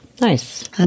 Nice